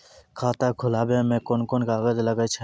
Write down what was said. खाता खोलावै मे कोन कोन कागज लागै छै?